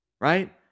Right